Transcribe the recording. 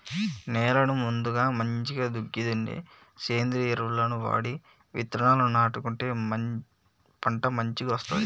నేలను ముందుగా మంచిగ దుక్కి దున్ని సేంద్రియ ఎరువులను వాడి విత్తనాలను నాటుకుంటే పంట మంచిగొస్తది